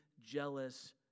jealous